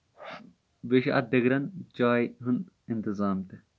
بیٚیہِ چھُ اَتہِ دِگرن جاے ہُند اِنتظام تہِ